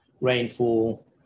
rainfall